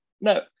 no